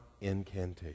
incantation